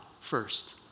first